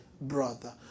brother